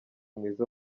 mwiza